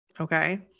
Okay